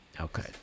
Okay